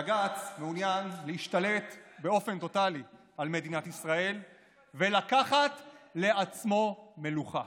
בג"ץ מעוניין להשתלט באופן טוטלי על מדינת ישראל ולקחת לעצמו מלוכה.